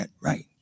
right